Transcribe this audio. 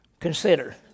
Consider